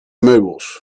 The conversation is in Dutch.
meubels